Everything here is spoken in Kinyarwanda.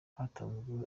hatanzwe